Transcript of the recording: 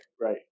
Right